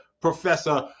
Professor